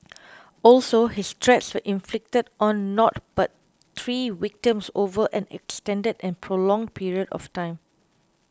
also his threats were inflicted on not but three victims over an extended and prolonged period of time